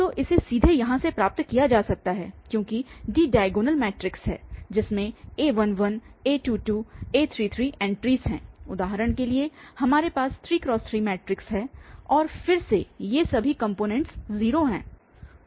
तो इसे सीधे यहां से प्राप्त किया जा सकता है क्योंकि D डायगोनल मैट्रिक्स है जिसमें a11 a22 a33 ऐंट्रीस हैं उदाहरण के लिए हमारे पास 3×3 मैट्रिक्स है और फिर ये सभी कॉम्पोनेंटस 0 हैं